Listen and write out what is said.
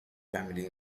family